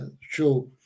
show